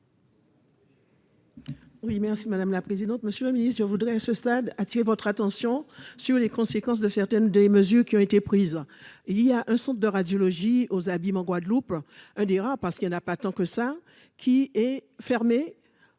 merci madame la présidente, monsieur le Ministre je voudrais à ce stade, attirer votre attention sur les conséquences de certaines des mesures qui ont été prises. Il y a un centre de radiologie aux Abymes, en Guadeloupe, un des rares parce qu'elle n'a pas tant que ça, qui est fermé,